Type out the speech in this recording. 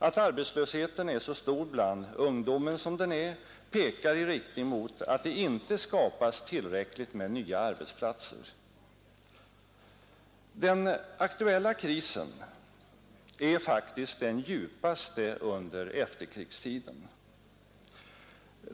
Att arbetslösheten är så stor bland ungdomen pekar i riktning mot att inte tillräckligt med nya arbetsplatser skapas. Den aktuella krisen är faktiskt den djupaste under efterkrigstiden.